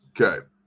Okay